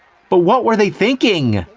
but what were they thinking?